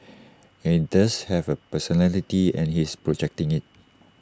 and does have A personality and he is projecting IT